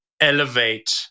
elevate